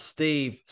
Steve